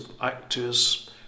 actors